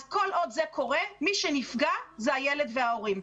אז כל עוד זה קורה מי שנפגע זה הילד וההורים.